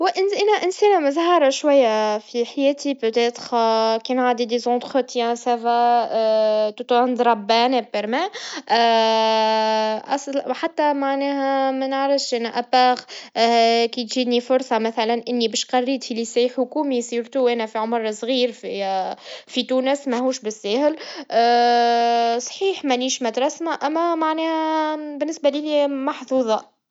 مرة، رحت لصيد السمك وطلعت سمكة كبيرة جداً. كانت مفاجأة كبيرة! هذا جعلني أشعر بالحظ، وكنا كلنا فرحانين في الرحلة. اللحظة كانت خاصة، والشعور بالنجاح بعد صيد السمكة كان رائع. التجارب الحظ تعطي طاقة إيجابية وتذكرنا بأهمية الاستمتاع بكل لحظة.